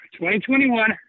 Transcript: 2021